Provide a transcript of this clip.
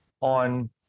on